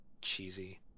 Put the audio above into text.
cheesy